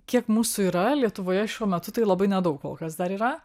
kiek mūsų yra lietuvoje šiuo metu tai labai nedaug kol kas dar yra